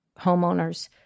homeowners